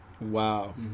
Wow